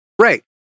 Right